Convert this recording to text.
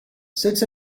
sits